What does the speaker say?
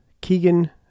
Keegan